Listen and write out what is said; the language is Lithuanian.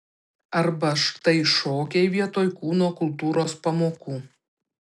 arba štai šokiai vietoj kūno kultūros pamokų